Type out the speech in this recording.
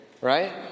right